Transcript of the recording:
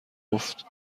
گفت